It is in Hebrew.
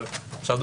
אבל אפשר להגיד